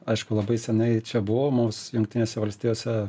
aišku labai senai čia buvau mums jungtinėse valstijose